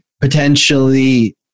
potentially